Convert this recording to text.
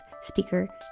speaker